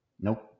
Nope